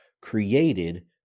created